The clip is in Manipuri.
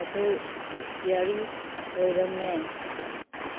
ꯑꯗꯨ ꯑꯦꯛꯁꯄ꯭ꯌꯥꯔꯤ ꯑꯣꯏꯔꯝꯃꯦ